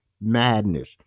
madness